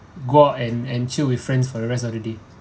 go out and and chill with friends for the rest of the day